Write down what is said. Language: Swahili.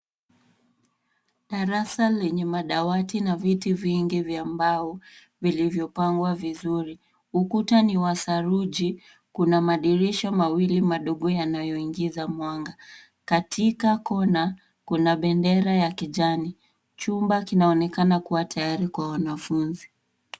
Darasa lenye madawati na viti vingi vya mbao vilivyopangwa vizuri. Ukuta ni wa saruji. Kuna madirisha mawili madogo yanayoingiza mwanga. Katika kona, kuna bendera ya kijani. Chumba kinaonekana kuwa tayari kwa wanafunzi.